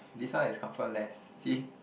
this one is confirm less see